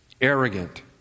arrogant